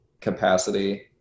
capacity